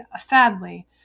sadly